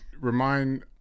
remind